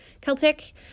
Celtic